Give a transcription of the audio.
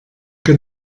que